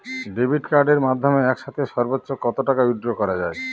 Debit কার্ডের মাধ্যমে একসাথে সর্ব্বোচ্চ কত টাকা উইথড্র করা য়ায়?